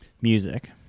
music